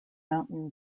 mountain